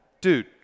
dude